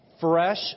fresh